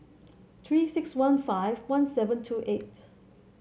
Three six one five one seven two eight